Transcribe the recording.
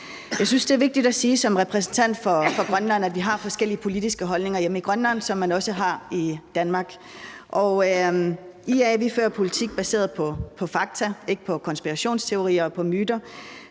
Jeg synes, det er vigtigt at sige som repræsentant for Grønland, at vi har forskellige politiske holdninger hjemme i Grønland, som man også har det i Danmark. IA fører politik baseret på fakta, ikke på konspirationsteorier og på myter.